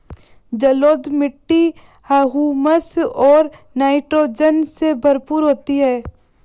जलोढ़ मिट्टी हृयूमस और नाइट्रोजन से भरपूर होती है